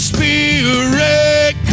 Spirit